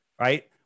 right